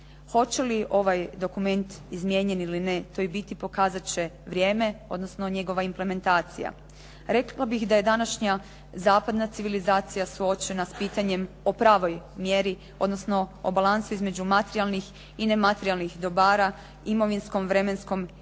Hoće li ovaj dokument izmijenjen ili ne to i biti pokazat će vrijeme, odnosno njegova implementacija. Rekla bih da je današnja zapadna civilizacija suočena s pitanje o pravoj mjeri, odnosno o balansu između materijalnih i nematerijalnih dobara, imovinskom vremenskom i